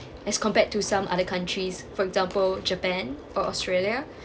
as compared to some other countries for example japan or australia